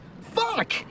Fuck